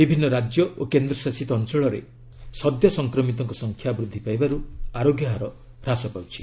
ବିଭିନ୍ନ ରାଜ୍ୟ ଓ କେନ୍ଦ୍ରଶାସିତ ଅଞ୍ଚଳରେ ସଦ୍ୟ ସଂକ୍ରମିତଙ୍କ ସଂଖ୍ୟା ବୃଦ୍ଧି ପାଇବାରୁ ଆରୋଗ୍ୟହାର ହ୍ରାସ ପାଉଛି